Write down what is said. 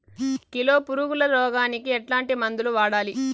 Kilo పులుగుల రోగానికి ఎట్లాంటి మందులు వాడాలి?